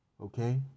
okay